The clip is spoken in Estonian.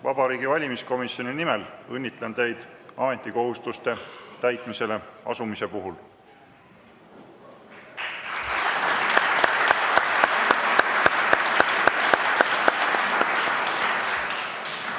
Vabariigi Valimiskomisjoni nimel õnnitlen teid ametikohustuste täitmisele asumise puhul!